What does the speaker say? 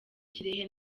kirehe